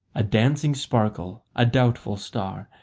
a dancing sparkle, a doubtful star,